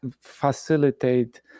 facilitate